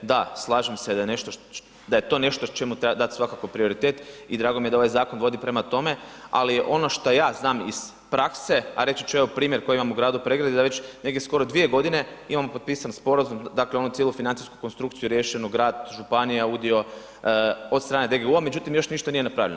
Da, slažem se da je nešto, da je to nešto čemu treba dati svakako prioritet i drago mi je da ovaj zakon vodi prema tome, ali ono što ja znam iz prakse, a reći ću evo primjer koji imam u gradu Pregradi, da već negdje skoro dvije godine imamo potpisani sporazum, dakle onu cijelu financijsku konstrukciju riješenu, grad, županija, udio od strane DGU-a, međutim još ništa nije napravljeno.